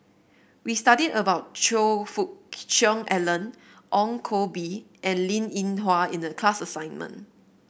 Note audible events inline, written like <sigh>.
we study about Choe Fook <noise> Cheong Alan Ong Koh Bee and Linn In Hua in the class assignment